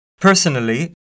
Personally